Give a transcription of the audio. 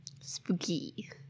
Spooky